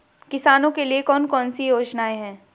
किसानों के लिए कौन कौन सी योजनाएं हैं?